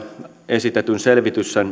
esitetyn selvityksen